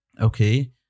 Okay